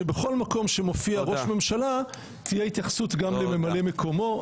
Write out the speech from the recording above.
שבכל מקום שמופיע ראש ממשלה תהיה התייחסות גם לממלא מקומו.